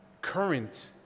current